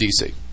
DC